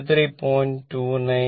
29 sin 36